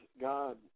God